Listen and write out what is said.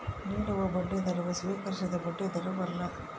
ನೀಡುವ ಬಡ್ಡಿದರವು ಸ್ವೀಕರಿಸಿದ ಬಡ್ಡಿದರವಲ್ಲ